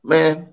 Man